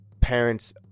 parents